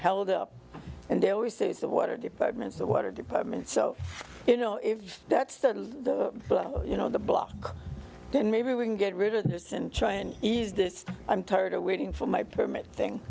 held up and they always say it's the water department the water department so you know if that's the you know the block then maybe we can get rid of this and try and ease this i'm tired of waiting for my permit thing